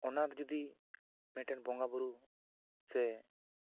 ᱚᱱᱟ ᱡᱩᱫᱤ ᱢᱤᱫᱴᱟᱱ ᱵᱚᱸᱜᱟ ᱵᱳᱨᱳ ᱥᱮ